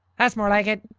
that's more like it.